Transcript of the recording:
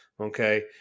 Okay